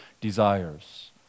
desires